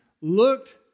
looked